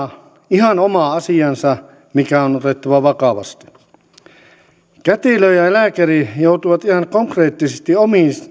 ihan oma asiansa mikä on otettava vakavasti kätilö ja lääkäri joutuvat ihan konkreettisesti omin